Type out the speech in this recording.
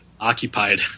occupied